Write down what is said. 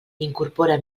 incorpora